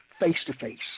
face-to-face